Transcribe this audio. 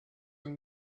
and